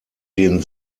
denen